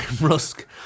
Rusk